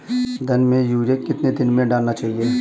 धान में यूरिया कितने दिन में डालना चाहिए?